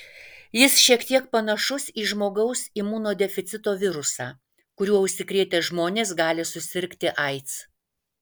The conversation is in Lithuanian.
jis šiek tiek panašus į žmogaus imunodeficito virusą kuriuo užsikrėtę žmonės gali susirgti aids